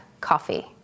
coffee